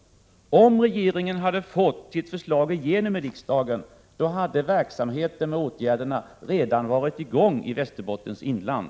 Om regeringen hade fått igenom sitt förslag i riksdagen, hade verksamheten redan varit i gång i Västerbottens inland.